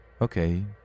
okay